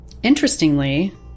interestingly